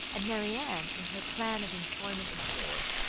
and marianne, in her plan of employment abroad,